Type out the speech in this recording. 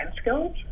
skills